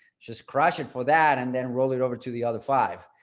just crush it for that and then roll it over to the other five.